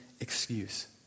excuse